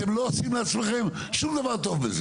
אתם לא עושים לעצמכם שום דבר טוב.